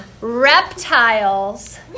reptiles